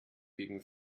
gegen